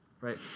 Right